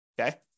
Okay